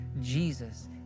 Jesus